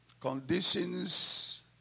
conditions